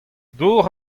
dor